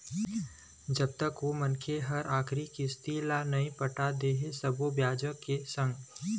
जब तक ओ मनखे ह आखरी किस्ती ल नइ पटा दे सब्बो बियाज के संग